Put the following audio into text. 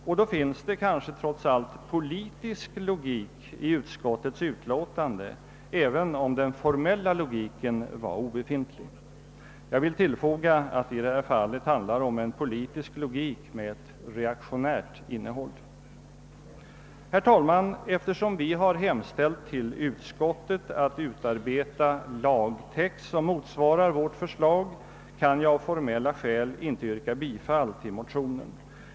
Och då finns det kanske trots allt politisk logik i utskottets utlåtande, även om den formella logiken är obefintlig. Jag vill tillfoga att det i detta fall handlar om en politisk logik med ett reaktionärt innehåll. Herr talman! Eftersom vi har hemställt till utskottet att utarbeta lagtext, som motsvarar vårt förslag, kan jag av formella skäl inte yrka bifall till våra motioner.